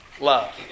love